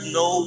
no